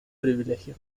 privilegio